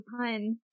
pun